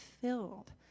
filled